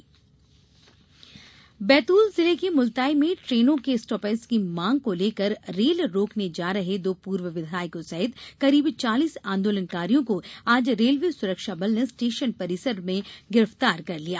rail रोको बैतूल जिले के मुलताई में ट्रेनों के स्टापेज की मांग को लेकर रेल रोकने जा रहे दो पूर्व विधायकों सहित करीब चालीस आंदोलनकारियों को आज रेलवे सुरक्षा बल ने स्टेशन परिसर में गिरफ़तार कर लिया